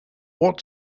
what